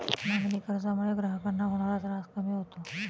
मागणी कर्जामुळे ग्राहकांना होणारा त्रास कमी होतो